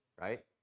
right